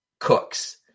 Cooks